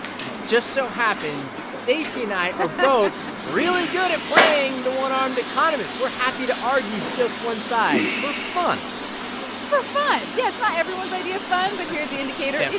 but it just so happens that stacey and i both really good at playing the one-armed economist. we're happy to argue just one side for fun for fun. yeah, it's not everyone's idea of fun, but here at the indicator. yeah